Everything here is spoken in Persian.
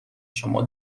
شما